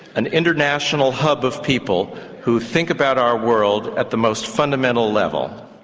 an international hub of people who think about our world at the most fundamental level.